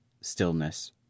stillness